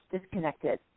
disconnected